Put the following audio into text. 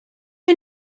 you